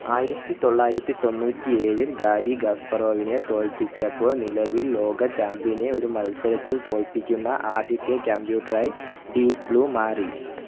ആയിരത്തി തൊള്ളായിരത്തി തൊണ്ണൂറ്റി ഏഴില് ഗാരി ഗാസ്പറോവിനെ തോൽപ്പിച്ചപ്പോൾ നിലവില് ലോക ചാമ്പ്യനെ ഒരു മത്സരത്തിൽ തോൽപ്പിക്കുന്ന ആദ്യത്തെ കമ്പ്യൂട്ടർ ആയി ഡീപ് ബ്ലൂ മാറി